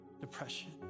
depression